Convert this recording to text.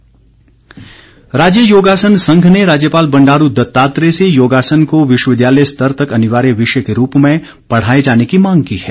योगासन राज्य योगासन संघ ने राज्यपाल बंडारू दत्तात्रेय से योगासन को विश्वविद्यालय स्तर तक अनिवार्य विषय के रूप में पढ़ाए जाने की मांग की है